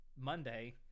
Monday